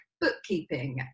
bookkeeping